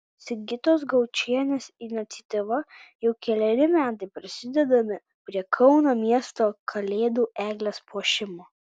sigitos gaučienės iniciatyva jau keleri metai prisidedame prie kauno miesto kalėdų eglės puošimo